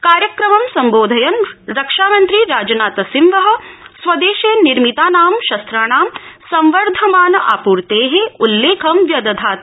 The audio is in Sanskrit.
कार्यक्रमं सम्बोधयन् रक्षामन्त्री राजनाथ सिंह स्वऐशे निर्मितानां शस्त्राणां संवर्धमान आपूर्ते उल्लेखं व्य धात्